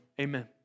Amen